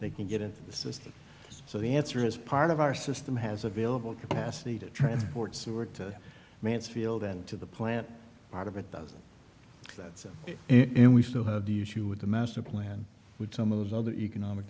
they can get into the system so the answer is part of our system has available capacity to transport sewer to mansfield and to the plant part of a thousand that's it and we still have the issue with the master plan with some of those other economic